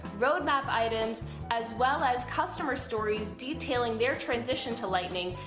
road map items as well as customer stories detailing their transition to lightning,